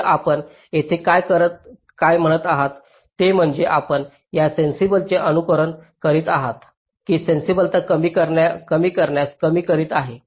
तर आपण येथे काय म्हणत आहात ते म्हणजे आपण ज्या सेन्सिबलतेने अनुसरण करीत आहात ती सेन्सिबलता कमी करण्यास कमी करीत आहे